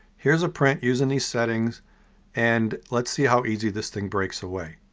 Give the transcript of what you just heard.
here's a print using these settings and let's see how easy this thing breaks away.